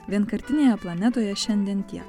vienkartinėje planetoje šiandien tiek